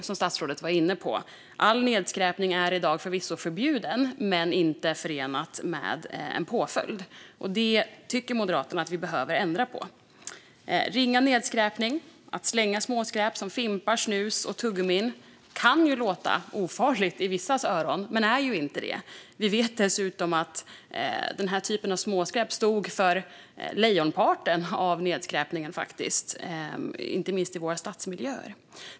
Som statsrådet var inne på är all nedskräpning i dag förvisso förbjuden men inte förenad med en påföljd. Det tycker Moderaterna att vi behöver ändra på. Ringa nedskräpning, att slänga småskräp som fimpar, snus och tugggummi, kan låta ofarligt i vissas öron men är det inte. Vi vet dessutom att den här typen av småskräp står för lejonparten av nedskräpningen, inte minst i våra stadsmiljöer.